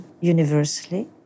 universally